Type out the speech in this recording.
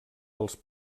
dels